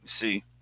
See